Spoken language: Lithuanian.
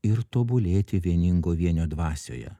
ir tobulėti vieningo vienio dvasioje